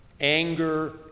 anger